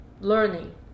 learning